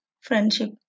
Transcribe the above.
friendship